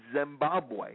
Zimbabwe